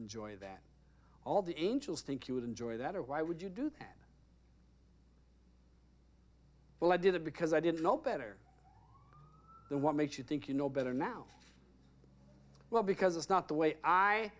enjoy that all the angels think you would enjoy that or why would you do that well i did it because i didn't know better then what makes you think you know better now well because it's not the way i